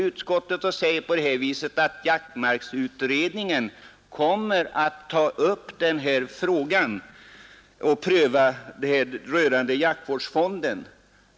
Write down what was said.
Utskottet framhåller att jaktmarksutredningen kommer att pröva bl.a. frågor rörande jaktvårdsfonden.